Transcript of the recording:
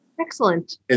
Excellent